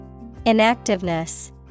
Inactiveness